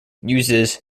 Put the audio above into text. uses